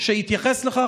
שהתייחס לכך,